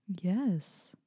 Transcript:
yes